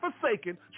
forsaken